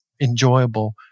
enjoyable